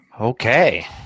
Okay